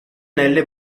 nelle